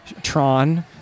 Tron